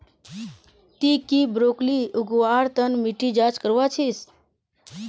ती की ब्रोकली उगव्वार तन मिट्टीर जांच करया छि?